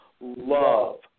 Love